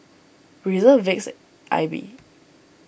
Breezer Vicks Aibi